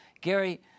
Gary